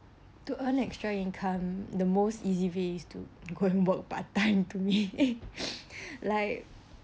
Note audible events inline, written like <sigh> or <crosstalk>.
to earn extra income the most easy way is to going work part-time to me <laughs> like